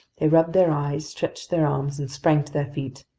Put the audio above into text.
they rubbed their eyes, stretched their arms, and sprang to their feet.